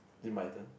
is it my turn